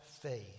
faith